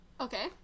Okay